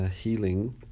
healing